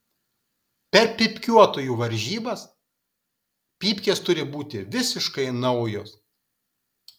per pypkiuotojų varžybas pypkės turi būti visiškai naujos